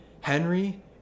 Henry